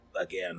again